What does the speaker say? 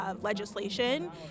legislation